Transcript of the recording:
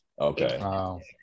okay